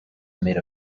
made